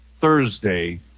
Thursday